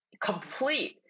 complete